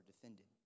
defended